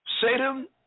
Satan